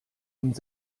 und